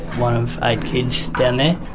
one of eight kids down there.